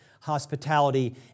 hospitality